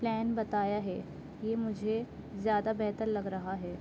plan بتایا ہے یہ مجھے زیادہ بہتر لگ رہا ہے